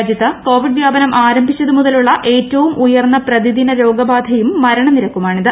രാജ്യത്ത് കോവിഡ് വ്യാപനം ആരംഭിച്ചതു മുതലുള്ള ഏറ്റവും ഉയർന്ന പ്രതിദിന രോഗബാധയും മരണനിരക്കുമാണിത്